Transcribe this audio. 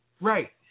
Right